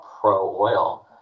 pro-oil